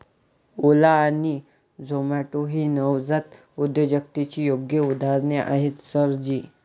ओला आणि झोमाटो ही नवजात उद्योजकतेची योग्य उदाहरणे आहेत सर जी